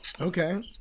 Okay